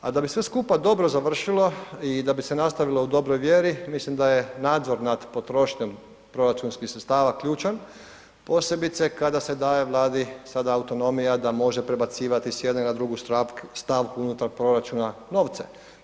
A da bi sve skupa dobro završilo i da bi se nastavilo u dobroj vjeri mislim da je nadzor nad potrošnjom proračunskih sredstava ključan, posebice kada se daje Vladi sada autonomija da može prebacivati s jedne na drugu stavku unutar proračuna novce.